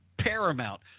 paramount